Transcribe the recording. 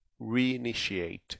reinitiate